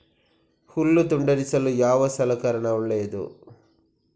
ಹುಲ್ಲು ತುಂಡರಿಸಲು ಯಾವ ಸಲಕರಣ ಒಳ್ಳೆಯದು?